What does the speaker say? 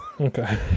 Okay